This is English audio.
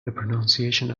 pronunciation